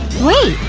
wait,